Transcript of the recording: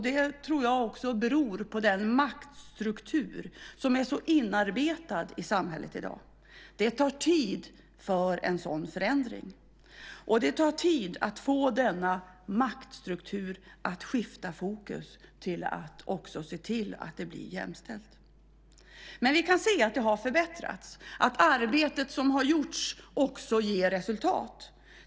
Det beror på den maktstruktur som är så inarbetad i samhället i dag. Det tar tid för en sådan förändring. Det tar tid för denna maktstruktur att skifta fokus till att också se till att det blir jämställt. Men vi kan se att det har förbättrats, att arbetet som har gjorts också ger resultat.